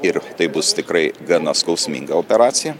ir tai bus tikrai gana skausminga operacija